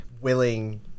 willing